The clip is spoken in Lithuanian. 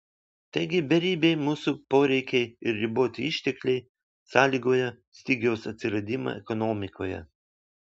taigi beribiai mūsų poreikiai ir riboti ištekliai sąlygoja stygiaus atsiradimą ekonomikoje